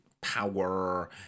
power